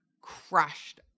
crushed